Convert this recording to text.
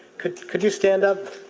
could could you stand up?